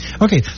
Okay